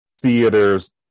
theaters